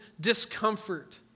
discomfort